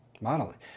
modeling